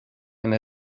and